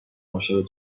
عاشق